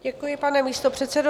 Děkuji, pane místopředsedo.